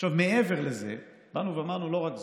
עכשיו, מעבר לזה, באנו ואמרנו: לא רק זאת,